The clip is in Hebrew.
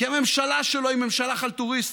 הממשלה שלו היא ממשלה חלטוריסטית.